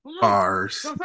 bars